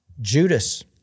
Judas